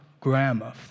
Grandma